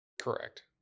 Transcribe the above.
Correct